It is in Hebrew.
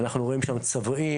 אנחנו רואים שם צבועים,